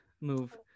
move